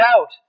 out